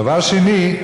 דבר שני,